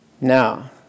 Now